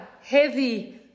heavy